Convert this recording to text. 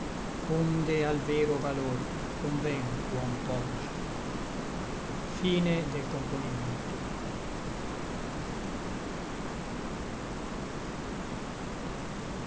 onde al vero valor conven ch'uom poggi piú